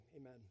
amen